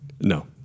No